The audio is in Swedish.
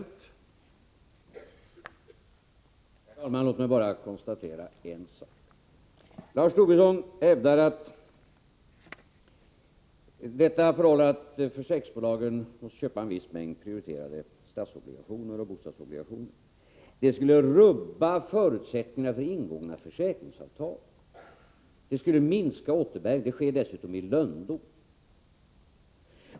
Herr talman! Låt mig bara konstatera en sak. Lars Tobisson hävdar att det förhållandet att försäkringsbolagen måste köpa en viss mängd prioriterade statsobligationer och bostadsobligationer skulle rubba förutsättningarna för ingångna försäkringsavtal. Det skulle vidare minska återbäringen, och det sägs dessutom ske i lönndom.